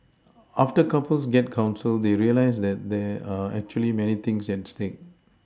after couples get counselled they realise that there are actually many things at stake